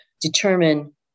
determine